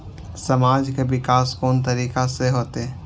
समाज के विकास कोन तरीका से होते?